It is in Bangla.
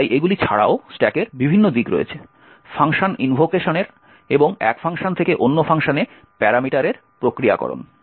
তাই এইগুলি ছাড়াও স্ট্যাকের বিভিন্ন দিক রয়েছে ফাংশন ইনভোকেশনের এবং এক ফাংশন থেকে অন্য ফাংশনে প্যারামিটারের প্রক্রিয়াকরণ